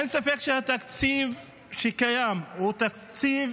אין ספק שהתקציב שקיים הוא תקציב